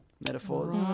Metaphors